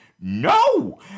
no